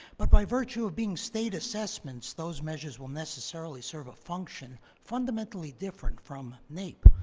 but by virtue of being state assessments, those measures will necessarily serve a function fundamentally different from naep.